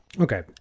Okay